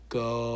go